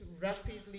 rapidly